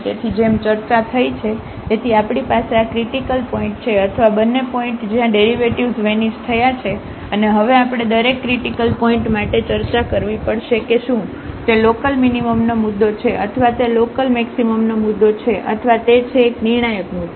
તેથી જેમ ચર્ચા થઈ છે તેથી આપણી પાસે આ ક્રિટીકલ પોઇન્ટ છે અથવા બંને પોઇન્ટ જ્યાં ડેરિવેટિવ્ઝ વેનિશ થયા છે અને હવે આપણે દરેક ક્રિટીકલ પોઇન્ટ માટે ચર્ચા કરવી પડશે કે શું તે લોકલમીનીમમનો મુદ્દો છે અથવા તે લોકલમેક્સિમમનો મુદ્દો છે અથવા તે છે એક નિર્ણાયક મુદ્દો